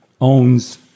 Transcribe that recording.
owns